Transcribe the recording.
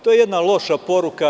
To je jedna loša poruka.